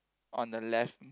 on the left